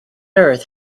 earth